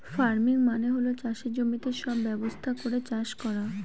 farming মানে হল চাষের জমিতে সব ব্যবস্থা করে চাষ করা